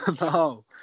No